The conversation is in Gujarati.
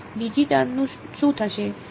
બીજી ટર્મનું શું થશે